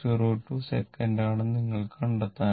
02 second ആണെന്ന് നിങ്ങൾക്ക് കണ്ടെത്താനാകും